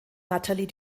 natalie